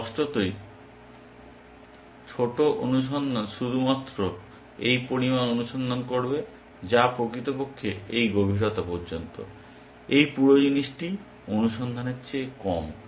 স্পষ্টতই ছোট অনুসন্ধান শুধুমাত্র এই পরিমাণ অনুসন্ধান করবে যা প্রকৃতপক্ষে এই গভীরতা পর্যন্ত এই পুরো জিনিসটি অনুসন্ধানের চেয়ে কম